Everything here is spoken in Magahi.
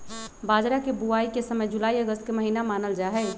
बाजरा के बुवाई के समय जुलाई अगस्त के महीना मानल जाहई